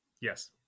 Yes